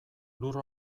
lur